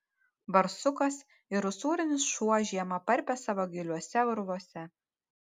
barsukas ir usūrinis šuo žiemą parpia savo giliuose urvuose